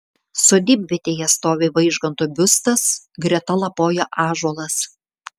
sodybvietėje stovi vaižganto biustas greta lapoja ąžuolas